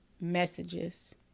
messages